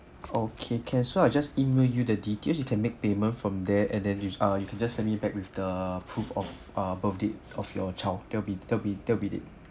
okay can so I'll just email you the details you can make payment from there and then you ah you can just send back with the proof of ah birth date of your child that'll be that'll be that'll be t